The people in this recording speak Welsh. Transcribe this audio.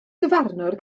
dyfarnwr